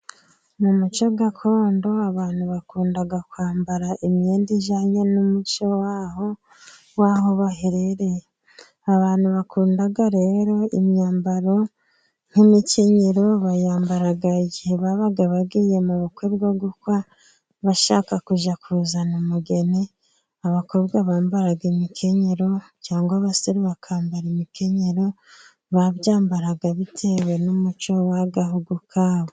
Mu umuco gakondo abantu bakundaga kwambara imyenda ijyanye n'umuco w'aho baherereye. Abantu bakundaga rero imyambaro nk'imikenyero bayambara igihe babaga bagiye mu bukwe bwo gukwa, abashaka kujya kuzana umugeni, abakobwa bambaraga imikenyero cyangwa abasore bakambara imikenyero, babyambaraga bitewe n'umuco w'agahugu kabo.